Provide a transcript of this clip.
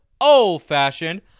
old-fashioned